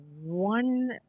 one